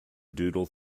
doodle